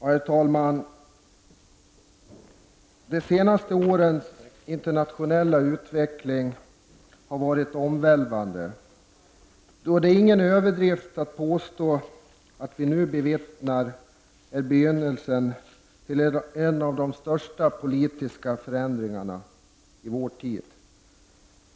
Herr talman! De senaste årens internationella utveckling har varit omvälvande. Det är nog ingen överdrift att påstå att det vi nu bevittnar är begynnelsen av en av de största politiska förändringarna i vår tid.